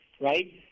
right